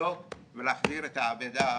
לבדוק ולהחזיר את האבדה.